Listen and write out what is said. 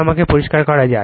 আমাকে এটা পরিষ্কার করা যাক